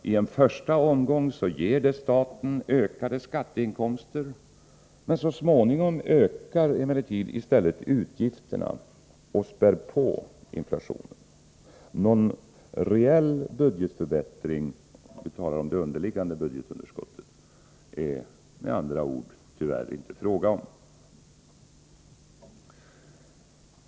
I en första omgång får staten ökade skatteinkomster. Så småningom ökar emellertid i stället utgifterna, vilket spär på inflationen. Någon reell budgetförbättring — jag talar då om det underliggande budgetunderskottet — är det med andra ord tyvärr inte fråga om.